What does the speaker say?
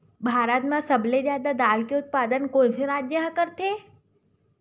भारत मा सबले जादा दाल के उत्पादन कोन से राज्य हा करथे?